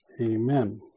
Amen